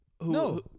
No